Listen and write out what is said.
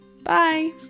Bye